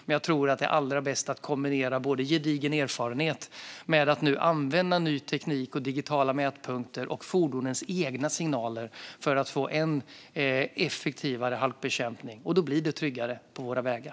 Men jag tror att det är allra bäst att kombinera gedigen erfarenhet med att nu använda ny teknik, digitala mätpunkter och fordonens egna signaler för att få än effektivare halkbekämpning. Då blir det tryggare på våra vägar.